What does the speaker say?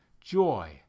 joy